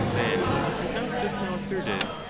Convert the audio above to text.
than what you have just now asserted,